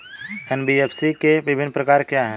NBFC के विभिन्न प्रकार क्या हैं?